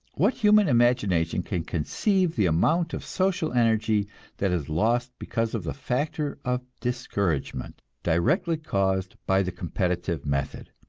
what human imagination can conceive the amount of social energy that is lost because of the factor of discouragement, directly caused by the competitive method?